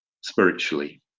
spiritually